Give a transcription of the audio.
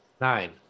Nine